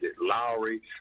Lowry